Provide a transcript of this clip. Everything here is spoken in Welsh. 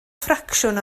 ffracsiwn